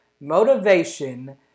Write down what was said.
Motivation